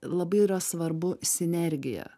labai yra svarbu sinergija